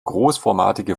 großformatige